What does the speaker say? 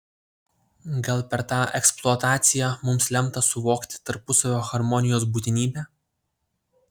gal per tą eksploataciją mums lemta suvokti tarpusavio harmonijos būtinybę